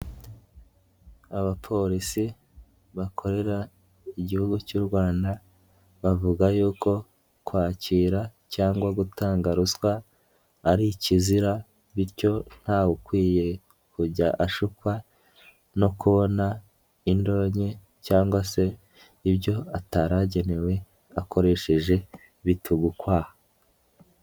Abapolisi bakorera igihugu cy'u Rwanda bavuga yuko kwakira cyangwa gutanga ruswa ari ikizira, bityo ntawukwiye kujya ashukwa no kubona indonke, cyangwa se ibyo atari agenewe akoresheje bitugukwaha.